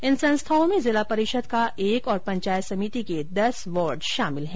इन संस्थाओं में जिला परिषद का एक और पंचायत समिति के दस वार्ड शामिल है